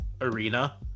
arena